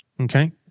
Okay